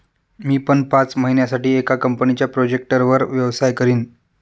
मी पण पाच महिन्यासाठी एका कंपनीच्या प्रोजेक्टवर व्यवसाय करीन